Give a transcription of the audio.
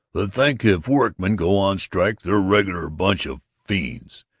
that think if workmen go on strike they're a regular bunch of fiends.